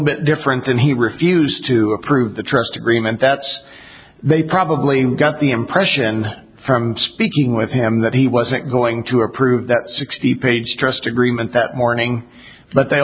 bit different and he refused to approve the trust agreement that's they probably got the impression from speaking with him that he wasn't going to approve that sixty page trust agreement that morning but they